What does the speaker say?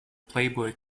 playboy